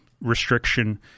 restriction